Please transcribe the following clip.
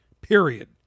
Period